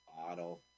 bottle